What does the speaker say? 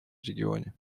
регионе